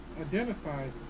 identified